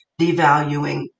devaluing